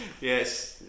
yes